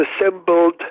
assembled